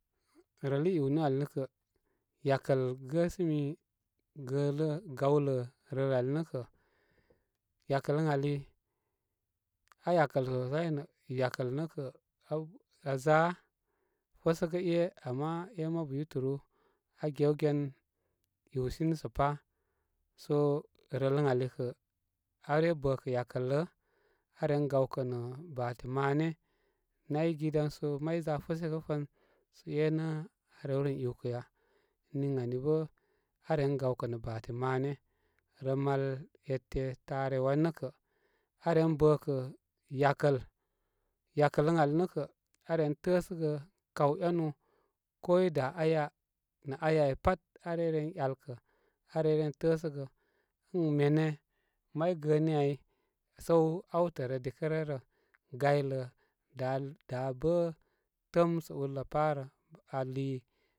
Rəl i, iwnu al nə kə' yakəl gəsəmi gəələ gawlə rəl ali nə' kə, yakələ ali aa yakal aa za bəsəgə e' ama e' mabu yūturu aa gewgen iwsini sə pa' so rələ ali kə aa re bəkə yakələ aa ren gawkə nə' baate maanə nay gə gi dan sə may za, fəsəgəfən so e nə' arewren iwkə ya niŋ ani bə aa ren gawkə' nə' baate maanə rəə mal, ete, taare wani nə kə' aa ren təəsə gə kaw enu ko i da aya nə aya ai pat, aa rey ren yal kə' aa rey ren tə'ə' sə gə ən mene may gəəni ai səw awtərə dikə ryə rə gaylə da-da bə' tə'əm sə urlə parə aa li.